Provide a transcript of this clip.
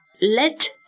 let